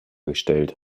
gestellt